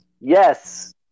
Yes